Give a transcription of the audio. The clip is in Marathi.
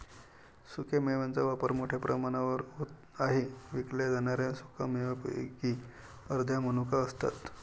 सुक्या मेव्यांचा वापर मोठ्या प्रमाणावर आहे विकल्या जाणाऱ्या सुका मेव्यांपैकी अर्ध्या मनुका असतात